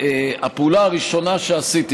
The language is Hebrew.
הפעולה הראשונה שעשיתי,